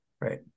Right